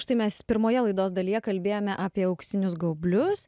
štai mes pirmoje laidos dalyje kalbėjome apie auksinius gaublius